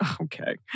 Okay